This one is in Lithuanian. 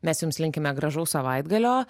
mes jums linkime gražaus savaitgalio